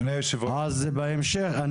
על כן אנחנו נתעסק בזה בהמשך.